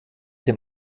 dem